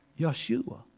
Yeshua